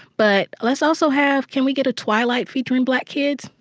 but let's also have can we get a twilight featuring black kids?